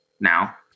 now